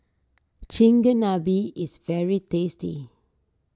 Chigenabe is very tasty